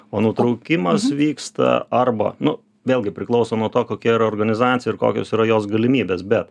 o nutraukimas vyksta arba nu vėlgi priklauso nuo to kokia yra organizacija ir kokios yra jos galimybės bet